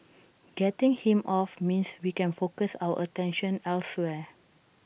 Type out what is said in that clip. getting him off means we can focus our attention elsewhere